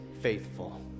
faithful